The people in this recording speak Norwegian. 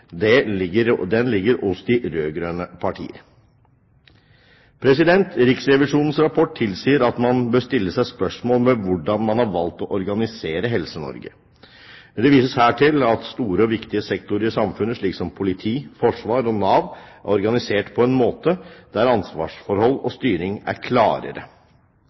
situasjonen ligger, den ligger hos de rød-grønne partier. Riksrevisjonens rapport tilsier at man bør stille spørsmål ved hvordan man har valgt å organisere Helse-Norge. Det vises her til at store og viktige sektorer i samfunnet slik som politi, forsvar og Nav er organisert på en måte der ansvarsforhold og styring er klarere.